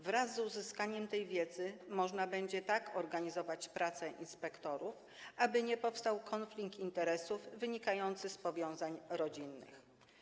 Wraz z uzyskaniem tej wiedzy można będzie tak organizować pracę inspektorów, aby nie powstał konflikt interesów wynikający z powiązań rodzinnych.